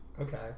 Okay